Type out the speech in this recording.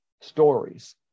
stories